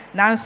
Now